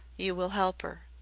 you will help her.